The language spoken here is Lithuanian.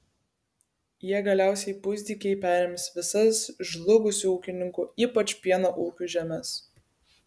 jie galiausiai pusdykiai perims visas žlugusių ūkininkų ypač pieno ūkių žemes